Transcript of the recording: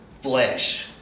flesh